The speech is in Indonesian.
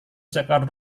seekor